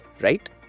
right